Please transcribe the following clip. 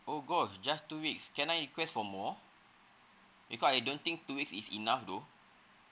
oh gosh just two weeks can I request for more because I don't think two weeks is enough though